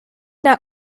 not